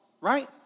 right